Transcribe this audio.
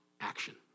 Action